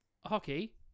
hockey